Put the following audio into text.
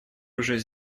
уже